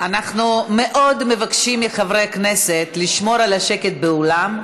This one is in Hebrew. אנחנו מבקשים מאוד מחברי הכנסת לשמור על השקט באולם,